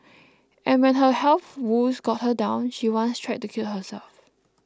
and when her health woes got her down she once tried to kill herself